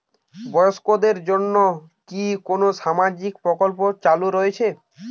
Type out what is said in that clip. বয়স্কদের জন্য কি কোন সামাজিক প্রকল্প চালু রয়েছে?